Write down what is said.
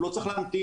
הוא לא צריך להמתין,